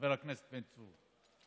חבר הכנסת בן צור,